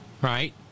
right